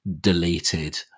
deleted